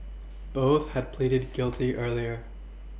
both had pleaded guilty earlier